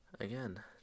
again